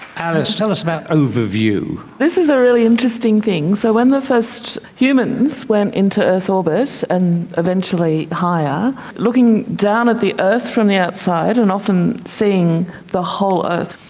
alice, tell us about overview. this is a really interesting thing. so when the first humans went into earth orbit and eventually higher, looking down at the earth from the outside and often seeing the whole earth,